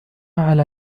على